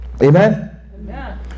Amen